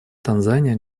танзания